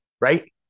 right